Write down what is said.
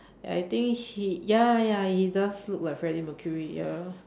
I think he ya ya he does look like Freddie-Mercury ya